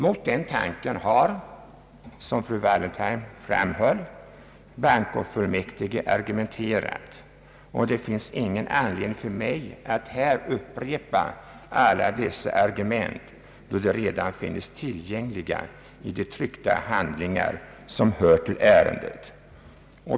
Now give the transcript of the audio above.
Mot denna tanke har bankofullmäktige argumenterat, och det finns ingen anledning för mig att här upprepa dessa argument då de redan är tillgängliga i de tryckta handlingar som hör till ärendet.